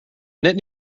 net